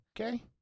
Okay